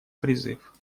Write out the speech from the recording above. призыв